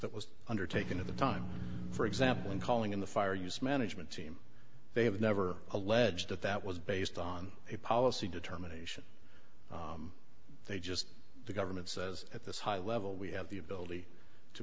that was undertaken at the time for example in calling in the fire use management team they have never alleged that that was based on a policy determination they just the government says at this high level we have the ability to